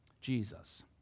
Jesus